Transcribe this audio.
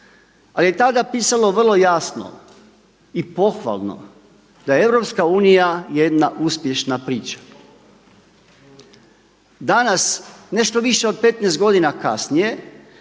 Ali je tada pisalo vrlo jasno i pohvalno, da je EU jedna uspješna priča. Danas nešto više od 15 godina kasnije